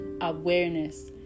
awareness